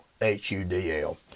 H-U-D-L